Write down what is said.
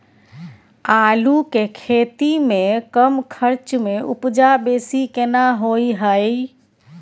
आलू के खेती में कम खर्च में उपजा बेसी केना होय है?